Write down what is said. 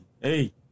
hey